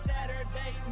Saturday